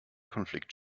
konflikt